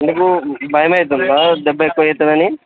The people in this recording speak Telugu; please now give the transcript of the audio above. మీకు భయమవుతుందా దెబ్బ ఎక్కువ అవుతుందని